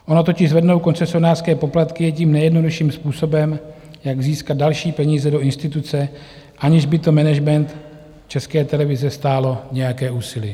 Ono totiž zvednout koncesionářské poplatky je tím nejjednodušším způsobem, jak získat další peníze do instituce, aniž by to management České televize stálo nějaké úsilí.